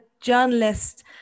journalist